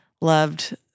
loved